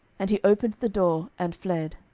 and he opened the door, and fled.